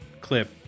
clip